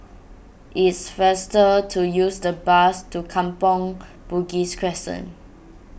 it's faster to take the bus to Kampong Bugis Crescent